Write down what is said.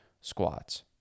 squats